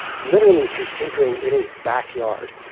literally through tinkering in his backyard,